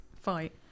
fight